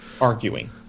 arguing